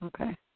Okay